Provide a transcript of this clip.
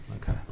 Okay